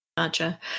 Gotcha